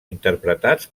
interpretats